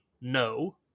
no